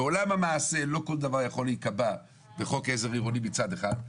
בעולם המעשה לא כל דבר יכול להיקבע בחוק עזר עירוני מצד אחד.